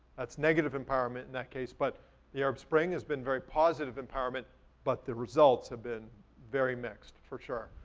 that's negative empowerment in that case, but the arab spring has been very positive empowerment but the results have been very mixed, for sure.